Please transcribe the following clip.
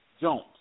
Jones